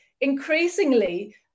Increasingly